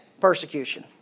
persecution